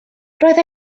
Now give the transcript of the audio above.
roedd